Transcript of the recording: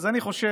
אז אני חושב